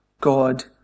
God